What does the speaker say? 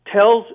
tells